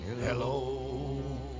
Hello